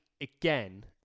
again